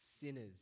sinners